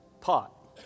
pot